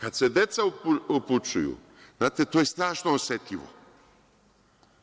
Kada se deca upućuju, znate to je strašno osetljivo,